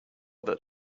that